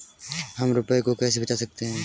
हम रुपये को कैसे बचा सकते हैं?